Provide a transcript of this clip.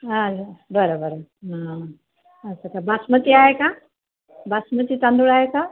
हां बरं बरं हां अच्छा अच्छा बासमती आहे का बासमती तांदूळ आहे का